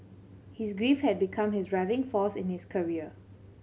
his grief had become his driving force in his career